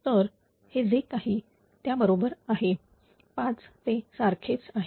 तर हे जे काही त्या बरोबर आहे 5 ते सारखेच आहे